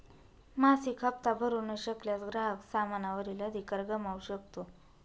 मासिक हप्ता भरू न शकल्यास, ग्राहक सामाना वरील अधिकार गमावू शकतो